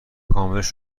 کاملش